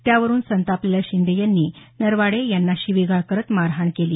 त्यावरून संतापलेल्या शिंदे यांनी नरवाडे यांना शिवीगाळ करत मारहाण केली